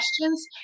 questions